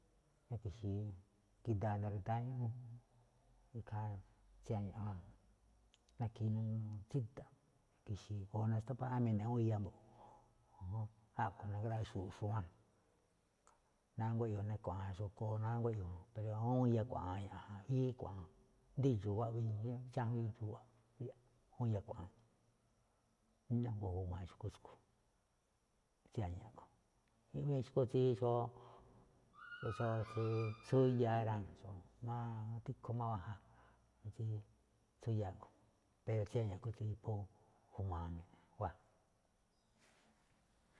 Na̱ki̱xi̱i̱ na̱ki̱dáa̱ asndo ridáá ñúꞌún, ikhaa tsí a̱ña̱ꞌ ja na̱ke̱e̱ inuu tsída̱ꞌ na̱ki̱xii̱ o naxpatuaꞌán mine̱e̱ awúun iya mbo̱ꞌ. A̱ꞌkhue̱n na̱graꞌaa xu̱u̱ꞌ xu̱wán. Nánguá iꞌyoo̱ ná kua̱ꞌa̱a̱n xu̱kú nánguá iꞌyoo̱, awúun iya kua̱ꞌa̱a̱n wíí kua̱ꞌa̱a̱n, i̱ndo̱ó idxu̱u̱ waꞌíi, chájuíin idxu̱u̱ bríya̱ꞌ, awúun iya kua̱ꞌa̱a̱n, buína̱ ngo̱ꞌo̱o̱ ju̱ma̱a̱ xu̱kú tsúꞌkhue̱n, tsí a̱ña̱ꞌ a̱ꞌkhue̱n. Iꞌwíin xu̱kú tsi xó tsúyáa rá, tikhu máwáa ja, tsí tsuyáa a̱ꞌkhue̱n. Pero tsí a̱ña̱ꞌ a̱ꞌkhue̱n tsí phú ju̱ma̱a̱ wáa.